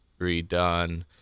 redone